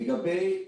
לגבי